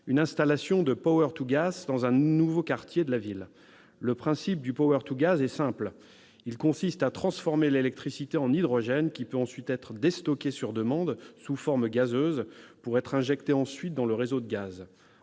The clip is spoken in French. une installation de dans un nouveau quartier de la ville. Le principe du est simple : il consiste à transformer l'électricité en hydrogène, qui peut, ensuite, être déstocké sur demande sous forme gazeuse, pour être injecté alors dans le réseau de gaz.